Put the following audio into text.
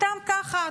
סתם ככה,